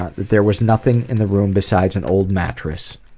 ah that there was nothing in the room besides an old mattress.